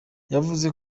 yavuze